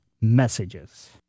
messages